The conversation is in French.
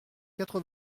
quatre